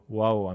wow